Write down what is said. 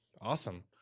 Awesome